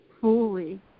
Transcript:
fully